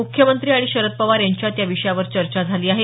मुख्यमंत्री आणि शरद पवार यांच्यात या विषयावर चर्चा झाली आहे